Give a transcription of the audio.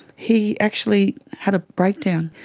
he actually had a breakdown.